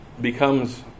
becomes